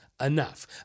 enough